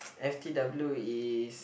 f_t_w is